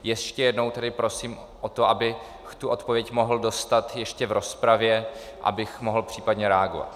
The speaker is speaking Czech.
Ještě jednou tedy prosím o to, abych tu odpověď mohl dostat ještě v rozpravě, abych mohl případně reagovat.